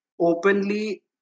openly